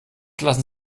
lassen